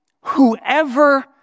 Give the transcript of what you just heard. whoever